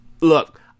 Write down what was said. Look